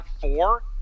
four